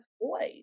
boys